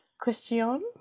question